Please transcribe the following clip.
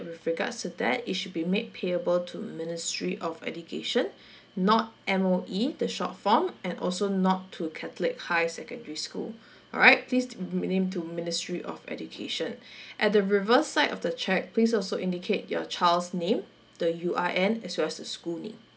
with regards to that it should be made payable to ministry of education not M_O_E the short form and also not to catholic high secondary school alright please to name it to ministry of education at the reverse side of the cheque please also indicate your child's name the U_I_N and as well as the school name